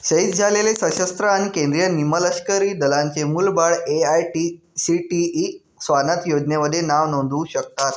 शहीद झालेले सशस्त्र आणि केंद्रीय निमलष्करी दलांचे मुलं बाळं ए.आय.सी.टी.ई स्वानथ योजनेमध्ये नाव नोंदवू शकतात